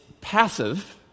passive